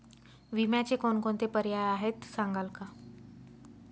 विम्याचे कोणकोणते पर्याय आहेत सांगाल का?